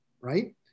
right